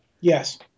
Yes